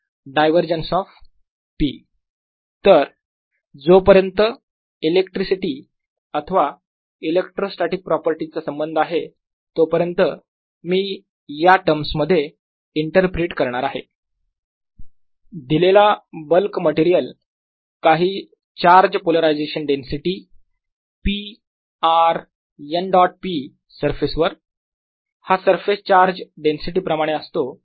Pr।r r।dV14π01r rrds14π0ρr।r r।dV तर जोपर्यंत इलेक्ट्रिसिटी अथवा इलेक्ट्रोस्टॅटीक प्रॉपर्टीज चा संबंध आहे तोपर्यंत मी या टर्म्स मध्ये इंटरप्रिट करणार आहे दिलेला बल्क मटेरियल काही charge polarisation density p r n dot p surface वर हा सरफेस चार्ज डेन्सिटी प्रमाणे असतो